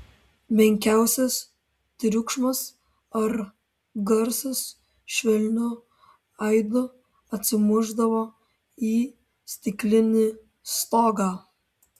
menkiausias triukšmas ar garsas švelniu aidu atsimušdavo į stiklinį stogą